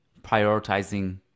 prioritizing